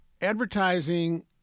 advertising